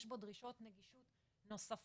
יש בו דרישות נגישות נוספות,